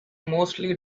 mostly